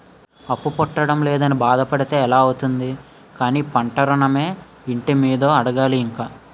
అప్పు పుట్టడం లేదని బాధ పడితే ఎలా అవుతుంది కానీ పంట ఋణమో, ఇంటి మీదో అడగాలి ఇంక